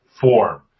form